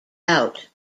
out